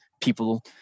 people